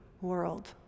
world